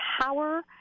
power